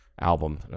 Album